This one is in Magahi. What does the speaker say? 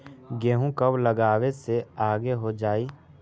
गेहूं कब लगावे से आगे हो जाई?